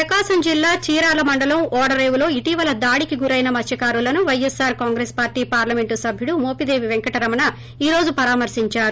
ప్రకాశం జిల్హా చీరాల మండలం ఓడరేవులో ఇటీవల దాడికి గురైన మత్సతకారులను వైఎస్సార్ కాంగ్రెస్ పార్లీ పార్లమెంటు సభ్యుడు మోపిదేవి పెంకటరమణ ఈరోజు పరామర్పించారు